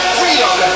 freedom